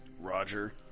Roger